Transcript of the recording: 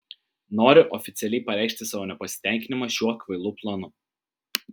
noriu oficialiai pareikšti savo nepasitenkinimą šiuo kvailu planu